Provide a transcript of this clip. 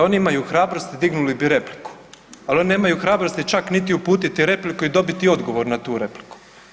Da oni imaju hrabrosti, dignuli bi repliku, ali oni nemaju hrabrosti čak niti uputiti repliku i dobiti odgovor na tu repliku.